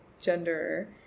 gender